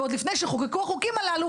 ועוד לפני שחוקקו החוקים הללו,